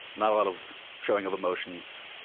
not a lot of showing of emotions,